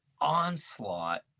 onslaught